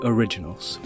Originals